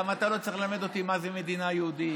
אתה גם לא צריך ללמד אותי מה זאת מדינה יהודית.